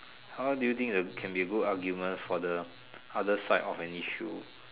how do you think the can be a good argument for the other side of an issue